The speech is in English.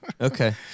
Okay